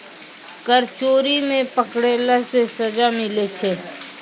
कर चोरी मे पकड़ैला से सजा मिलै छै